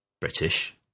British